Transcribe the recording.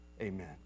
amen